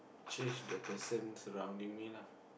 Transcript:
change the person surrounding me lah